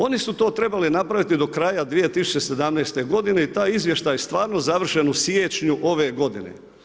Oni su to trebali napraviti do kraja 2017. godine i taj je izvještaj stvarno završen u siječnju ove godine.